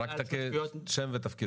ככלל שותפויות